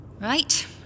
Right